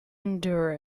endure